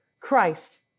Christ